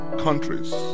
countries